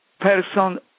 person